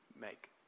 make